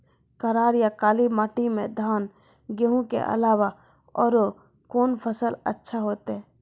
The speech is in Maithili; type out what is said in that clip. करार या काली माटी म धान, गेहूँ के अलावा औरो कोन फसल अचछा होतै?